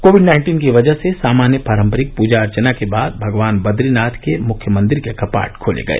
Covid nineteen की वजह से सामान्य पारंपरिक पूजा अर्चना के बाद भगवान बद्रीनाथ के मुख्य मंदिर के कपाट खोले गए